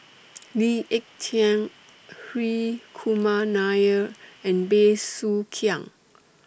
Lee Ek Tieng Hri Kumar Nair and Bey Soo Khiang